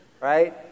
right